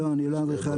לא, אני לא אדריכל.